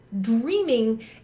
Dreaming